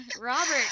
Robert